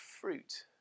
fruit